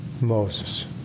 Moses